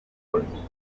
bakoloni